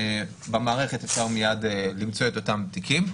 אפשר למצוא את התיקים אלה מיד.